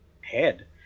head